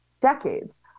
decades